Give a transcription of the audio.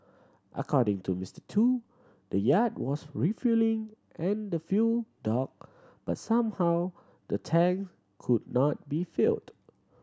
according to Mister Tu the yacht was refuelling at the fuel dock but somehow the tank could not be filled